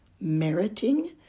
meriting